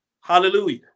hallelujah